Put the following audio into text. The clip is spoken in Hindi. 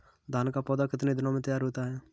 धान का पौधा कितने दिनों में तैयार होता है?